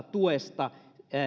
tuesta